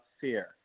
fear